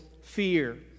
fear